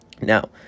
Now